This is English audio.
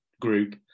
group